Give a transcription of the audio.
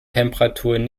temperaturen